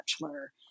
Bachelor